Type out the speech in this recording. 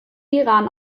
iran